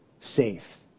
Safe